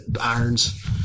irons